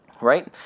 right